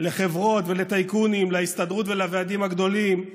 לחברות ולטייקונים, להסתדרות ולוועדים הגדולים,